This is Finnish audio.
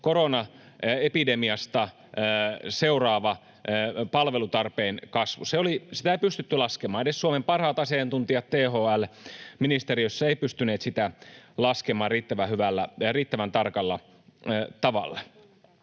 koronaepidemiasta seuraava palvelutarpeen kasvu. Sitä ei pystytty laskemaan. Edes Suomen parhaat asiantuntijat THL:ssä ja ministeriössä eivät pystyneet sitä laskemaan riittävän tarkalla tavalla.